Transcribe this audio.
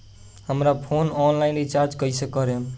हमार phone online recharge कईसे करेम?